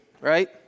right